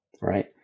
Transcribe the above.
right